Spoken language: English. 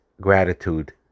gratitude